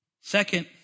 Second